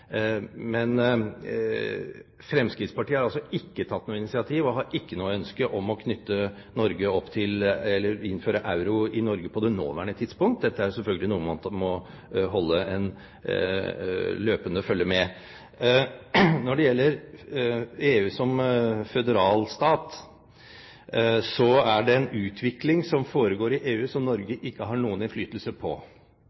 Men Fremskrittspartiet har altså ikke tatt noe initiativ, og har ikke noe ønske om å innføre euro i Norge på det nåværende tidspunkt. Dette er selvfølgelig noe man løpende må følge med på. Når det gjelder EU som føderalstat, er det en utvikling som foregår i EU som Norge